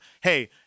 hey